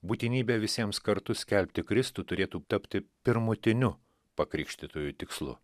būtinybė visiems kartu skelbti kristų turėtų tapti pirmutiniu pakrikštytųjų tikslu